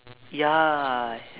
ya